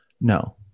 No